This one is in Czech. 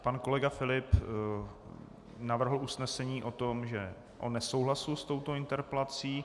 Pan kolega Filip navrhl usnesení o nesouhlasu s touto interpelací.